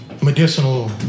medicinal